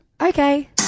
Okay